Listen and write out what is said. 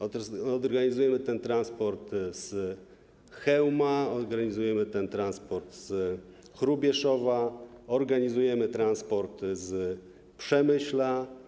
Organizujemy ten transport z Chełma, organizujemy ten transport z Hrubieszowa, organizujemy transport z Przemyśla.